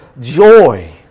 joy